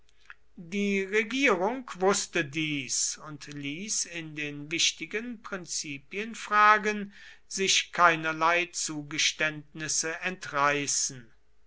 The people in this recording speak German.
die regierung wußte dies und ließ in den wichtigen prinzipienfragen sich keinerlei zugeständnis entreißen